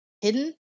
hidden